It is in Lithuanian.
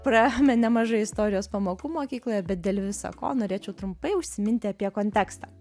praėjome nemažai istorijos pamokų mokykloje bet dėl visa ko norėčiau trumpai užsiminti apie kontekstą